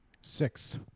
Six